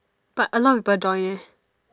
but a lot people joined eh